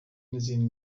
n’izindi